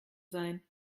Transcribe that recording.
sein